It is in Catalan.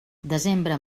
desembre